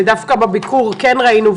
ודווקא בביקור כן ראינו,